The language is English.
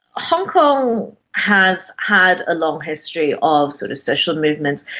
hong kong has had a long history of sort of social movements,